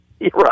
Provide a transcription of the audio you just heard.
Right